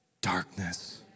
darkness